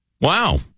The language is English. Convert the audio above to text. Wow